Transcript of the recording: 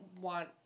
want